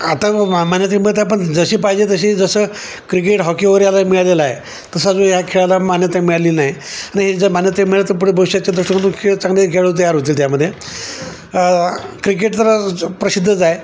आता मान्यता मिळत आहे पण जशी पाहिजे तशी जस क्रिकेट हॉकी वगैरेला मिळालेला आहे तसा जो ह्या खेळाला मान्यता मिळाली नाही आणि हे जर मान्यता मिळली तर पुढे भविष्याच्या दृष्टिकोनातून खेळ चांगले खेळाडू तयार होतील त्यामध्ये क्रिकेट तर प्रसिद्धच आहे